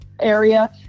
area